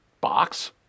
box